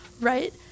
right